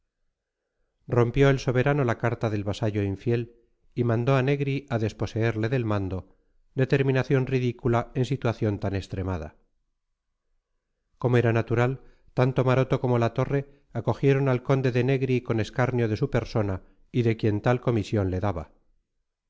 rompió el soberano la carta del vasallo infiel y mandó a negri a desposeerle del mando determinación ridícula en situación tan extremada como era natural tanto maroto como la torre acogieron al conde de negri con escarnio de su persona y de quien tal comisión le daba